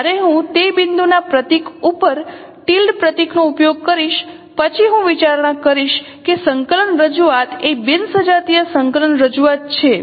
જ્યારે હું તે બિંદુના પ્રતીક ઉપર ટિલ્ડ પ્રતીક નો ઉપયોગ કરીશ પછી હું વિચારણા કરીશ કે સંકલન રજૂઆત એ બિન સજાતીય સંકલન રજૂઆત છે